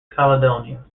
caledonia